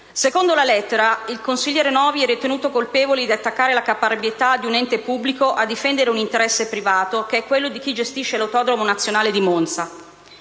Seconda la lettera, il consigliere Novi è ritenuto colpevole di attaccare la caparbietà di un ente pubblico a difendere un interesse privato, che è quello di chi gestisce l'autodromo nazionale di Monza.